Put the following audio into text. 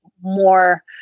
more